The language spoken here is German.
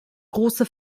große